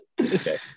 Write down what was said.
Okay